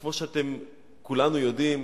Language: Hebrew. וכמו שכולנו יודעים